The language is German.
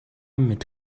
mit